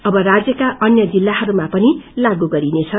अब राज्यका अन्य जिल्लाहरूमा पनि लागू गरिनेछ